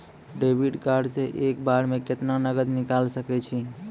Debit card से एक बार मे केतना नगद निकाल सके छी?